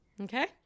Okay